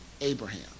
Abraham